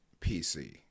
PC